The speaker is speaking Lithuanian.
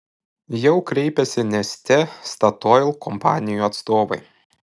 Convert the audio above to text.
jau kreipėsi neste statoil kompanijų atstovai